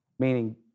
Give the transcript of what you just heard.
meaning